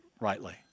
rightly